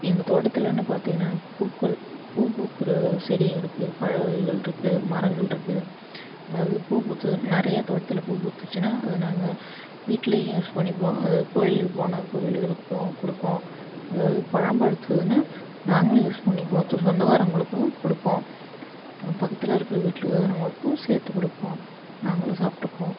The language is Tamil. எங்கள் தோட்டத்திலன்னு பார்த்திகன்னா பூக்கள் பூ பூக்குற செடியும் இருக்குது பழ வகைகள் இருக்குது மரங்கள் இருக்குது அதாவது பூ பூத்தது நிறைய தோட்டத்தில் பூ பூத்துச்சுன்னா அதை நாங்கள் வீட்டிலயும் யூஸ் பண்ணிப்போம் அதாவது கோயிலுக்கு போனால் கோயில்களுக்கும் கொடுப்போம் அதாவது பழம் பழுத்ததுன்னால் நாங்களும் யூஸ் பண்ணிபோம் அடுத்தது சொந்தக்காரங்களுக்கும் கொடுப்போம் அப்புறம் பக்கத்தில் இருக்கிற வீட்டுக்காரங்களுக்கும் சேர்த்து கொடுப்போம் நாங்களும் சாப்பிட்டுப்போம்